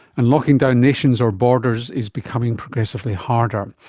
and locking down nations or borders is becoming progressively harder.